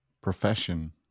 profession